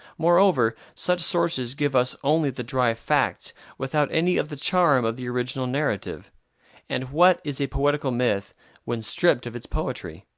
moreover, such sources give us only the dry facts without any of the charm of the original narrative and what is a poetical myth when stripped of its poetry?